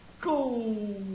go